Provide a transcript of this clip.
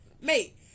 Mate